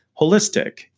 holistic